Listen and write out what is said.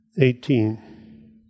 eighteen